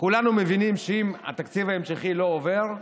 כולנו מבינים שאם התקציב ההמשכי לא עובר,